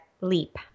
leap